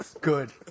Good